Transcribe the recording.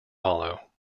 hollow